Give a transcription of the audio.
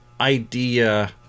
idea